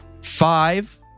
five